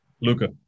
Luca